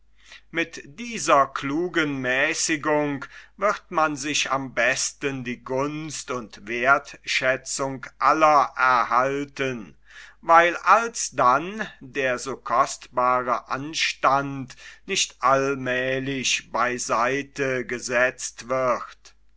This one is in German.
mit dieser klugen mäßigung wird man sich am besten die gunst und wertschätzung aller erhalten weil alsdann der so kostbare anstand nicht allmälig bei seite gesetzt wird